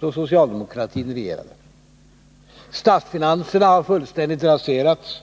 då socialdemokratin regerade. Statsfinanserna har fullständigt raserats.